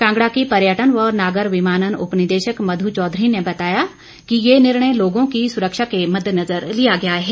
कांगड़ा की पर्यटन व नागर विमानन उपनिदेशक मधु चौधरी ने बताया कि ये निर्णय लोगों की सुरक्षा के मद्देनजर लिया गया है